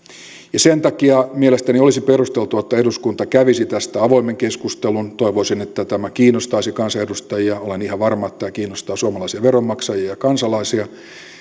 sen takia mielestäni olisi perusteltua että eduskunta kävisi tästä avoimen keskustelun toivoisin että tämä kiinnostaisi kansanedustajia ja olen ihan varma että tämä kiinnostaa suomalaisia veronmaksajia ja kansalaisia